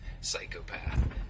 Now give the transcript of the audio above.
psychopath